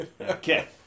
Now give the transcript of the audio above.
Okay